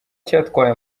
cyatwaye